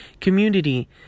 community